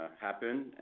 happen